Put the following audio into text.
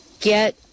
get